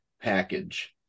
package